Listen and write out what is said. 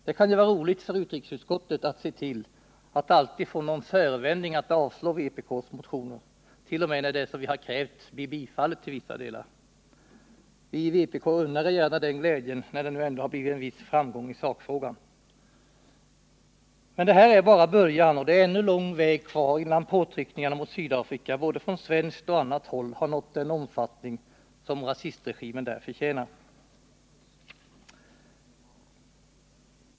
Det kan vara roligt för utrikesutskottet att se till att alltid få någon förevändning för att avstyrka vpk:s motioner, t.o.m. när våra krav till vissa delar bifallits. Vi i vpk unnar er gärna den glädjen, när vi ändå har fått en viss framgång i sakfrågan. Men detta är bara början. Det är ännu lång väg kvar innan påtryckningarna mot Sydafrika både från svenskt och från annat håll har nått den omfattning som rasistregimen där förtjänar.